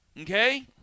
Okay